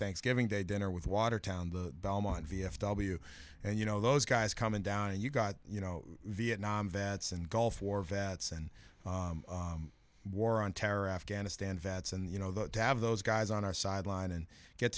thanksgiving day dinner with watertown the belmont v f w and you know those guys coming down and you got you know vietnam vets and gulf war vets and war on terror afghanistan vets and you know they have those guys on our sideline and get